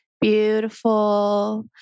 Beautiful